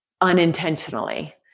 unintentionally